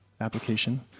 application